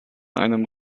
einem